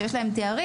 שיש להם תארים,